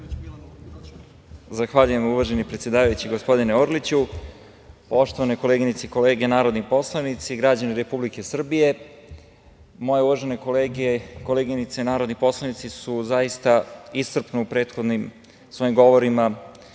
Zahvaljujem, uvaženi predsedavajući, gospodine Orliću. Poštovane koleginice i kolege narodni poslanici, građani Republike Srbije, moje uvažene kolege i koleginice narodni poslanici su zaista iscrpno u prethodnim svojim govorima